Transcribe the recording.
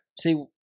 see